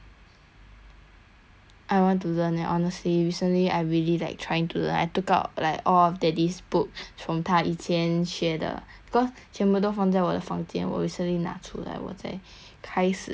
I want to learn eh honestly recently I really like trying to learn I took out like all of daddy's books from 他以前学的 cause 全部都放在我的房间我 recently 拿出来我在开始想读 but 我很懒惰